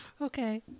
okay